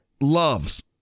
loves